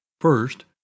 First